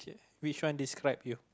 which one describe you